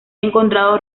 encontrado